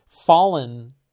Fallen